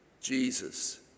Jesus